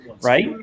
right